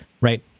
Right